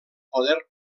poder